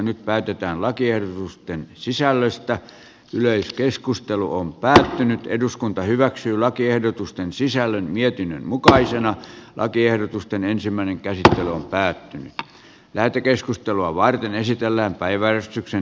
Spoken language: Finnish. nyt päätetään lakiehdotusten sisällöstä löysi keskustelu on päättynyt eduskunta hyväksyy lakiehdotusten sisällön mietinnön mukaisena lakiehdotusten ensimmäinen kerta jolloin päättynyt lähetekeskustelua varten esitellään päiväystyksen